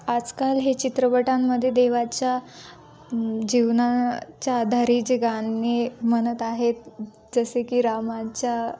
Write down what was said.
आजकाल हे चित्रपटांमध्ये देवाच्या जीवनाच्या आधारे जे गाणे म्हणत आहेत जसे की रामांच्या